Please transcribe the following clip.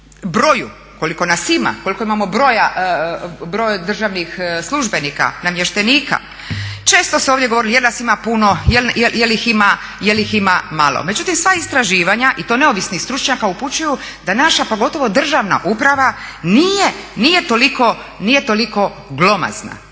broju koliko nas ima, koliko imamo broj državnih službenika, namještenika često se ovdje govori jel nas ima puna, jel ih ima malo. Međutim, sva istraživanja i to neovisnih stručnjaka upućuju da naša pa gotovo državna uprava nije toliko glomazna.